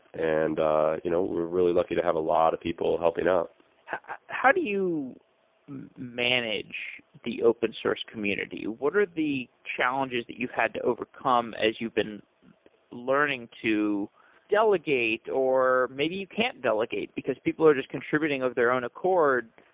and you know we're really lucky to have a lot of people helping out how how do you manage the open source community? what are the challenges that you've had to overcome as you've been learning to delegate, or maybe you can't delegate because people are just contributing of their own accord.